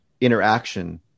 interaction